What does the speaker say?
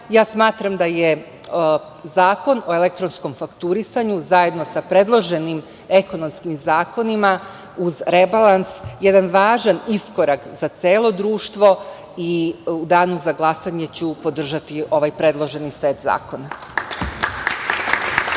ulaganja. Smatram da je Zakon o elektronskom fakturisanju, zajedno sa predloženim ekonomskim zakonima, uz rebalans, jedan važan iskorak za celo društvo.U danu za glasanje ću podržati ovaj predloženi set zakona.